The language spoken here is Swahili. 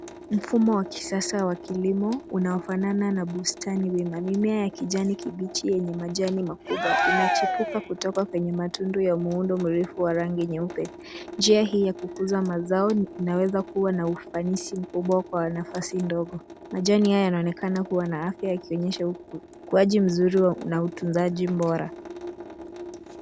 Mfumo wa kisasa wa kilimo unaofanana na bustani wima. Mimea ya kijani kibichi yenye majani makubwa inachipuka kutoka kwenye matundu ya muundo mrefu wa rangi nyeupe. Njia hii ya kukuza mazao inaweza kuwa na ufanisi mkubwa kwa nafasi ndogo. Majani haya yanaonekana kuwa na afya yakionyesha ukuaji mzuri na utunzaji bora.